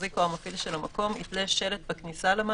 המחזיק או המפעיל של המקום יתלה שלט בכניסה למעלית,